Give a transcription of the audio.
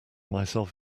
myself